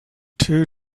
two